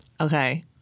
okay